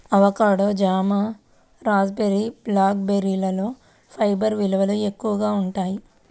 avocado, జామ, raspberry, black బెర్రీలలో fibre విలువలు ఎక్కువగా ఉంటాయి